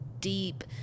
deep